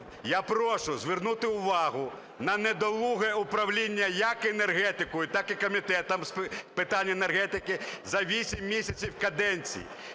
я прошу звернути увагу на недолуге управління як енергетикою, так і Комітетом з питань енергетики, за 8 місяців каденції.